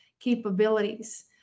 capabilities